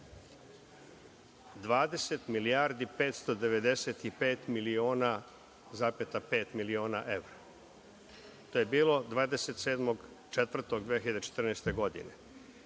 20 milijardi 595 miliona zapeta pet miliona evra. To je bilo 27. aprila 2014. godine.